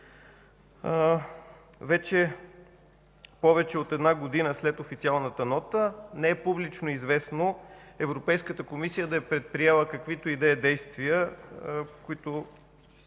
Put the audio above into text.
Вече повече от една година след официалната нота не е публично известно Европейската комисия да е предприела каквито и да е действия, каквито